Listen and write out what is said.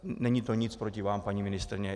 Není to nic proti vám, paní ministryně.